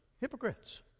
hypocrites